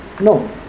No